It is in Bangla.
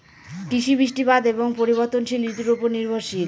কৃষি বৃষ্টিপাত এবং পরিবর্তনশীল ঋতুর উপর নির্ভরশীল